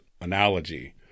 analogy